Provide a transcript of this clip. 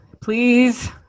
Please